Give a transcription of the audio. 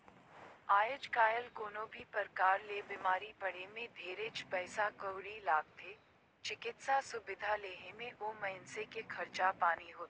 आयज कायल कोनो भी परकार ले बिमारी पड़े मे ढेरेच पइसा कउड़ी लागथे, चिकित्सा सुबिधा लेहे मे ओ मइनसे के खरचा पानी होथे